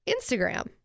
Instagram